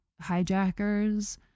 hijackers